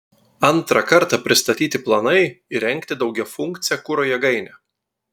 antrą kartą pristatyti planai įrengti daugiafunkcę kuro jėgainę